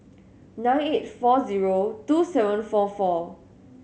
nine eight four zero two seven four four